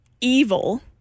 evil